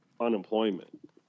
unemployment